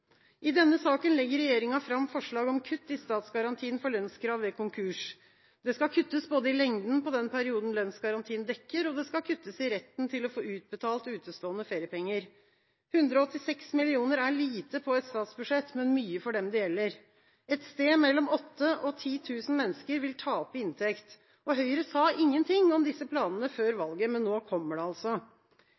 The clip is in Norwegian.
I denne saken legger regjeringa fram forslag om kutt i statsgarantien for lønnskrav ved konkurs. Det skal kuttes både i lengden på den perioden lønnsgarantien dekker, og det skal kuttes i retten til å få utbetalt utestående feriepenger. 186 mill. kr er lite på et statsbudsjett, men mye for dem det gjelder. Et sted mellom 8 000 og 10 000 mennesker vil tape inntekt. Høyre sa ingenting om disse planene før valget, men nå kommer det altså.